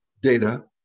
data